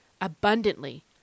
abundantly